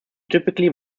typically